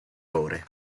ore